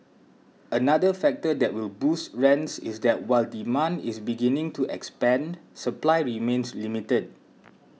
another factor that will boost rents is that while demand is beginning to expand supply remains limited